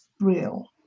real